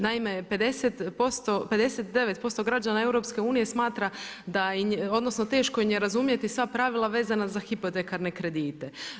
Naime 59% građana EU smatra da je, odnosno teško im je razumjeti sva pravila vezana za hipotekarne kredite.